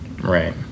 Right